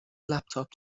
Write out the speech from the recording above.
laptop